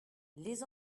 les